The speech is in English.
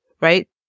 right